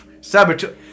Saboteur